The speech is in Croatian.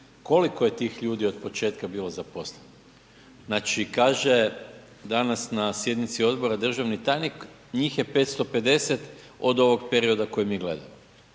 Koliko je tih ljudi od početka bilo zaposleno? Znači, kaže danas na sjednici odbora državni tajnik, njih je 550 od ovog perioda koji mi gledamo.